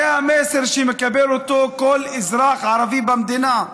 זה המסר שמקבל כל אזרח ערבי במדינה.